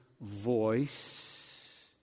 voice